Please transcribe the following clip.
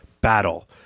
battle